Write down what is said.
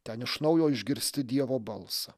ten iš naujo išgirsti dievo balsą